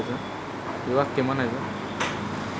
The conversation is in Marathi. यु.पी.आय मार्फत पैसे पाठवताना लॉगइनची गरज असते का?